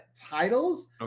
titles